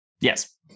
Yes